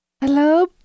Hello